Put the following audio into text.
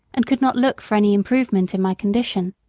and could not look for any improvement in my condition.